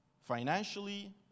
financially